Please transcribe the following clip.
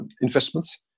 investments